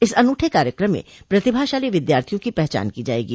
इस अनूठे कार्यक्रम में प्रतिभाशाली विद्यार्थियों की पहचान की जाएगी